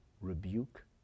rebuke